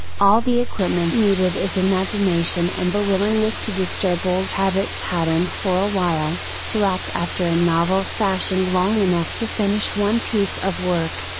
all the equipment needed is imagination and the willingness to disturb old habit patterns for a while, to act after a novel fashion long enough to finish one piece of work.